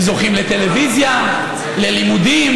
הם זוכים לטלוויזיה, ללימודים.